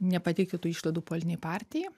nepateikia tų išlaidų politinei partijai